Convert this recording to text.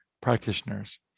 practitioners